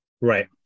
right